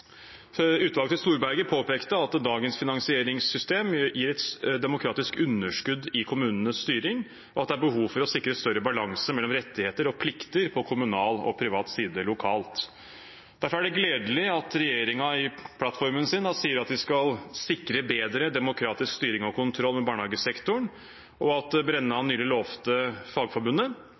Storberget påpekte at dagens finansieringssystem gir et demokratisk underskudd i kommunenes styring, og at det er behov for å sikre større balanse mellom rettigheter og plikter på kommunal og privat side lokalt. Derfor er det gledelig at regjeringen i plattformen sin sier at de skal sikre bedre demokratisk styring og kontroll med barnehagesektoren, og at Brenna nylig lovte Fagforbundet